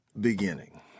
beginning